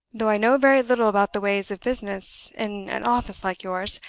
though i know very little about the ways of business in an office like yours,